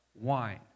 wine